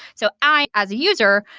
so i, as a user,